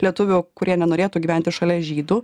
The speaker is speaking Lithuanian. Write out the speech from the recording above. lietuvių kurie nenorėtų gyventi šalia žydų